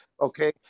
Okay